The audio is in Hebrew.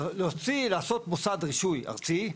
לעשות מוסד רישוי ארצי,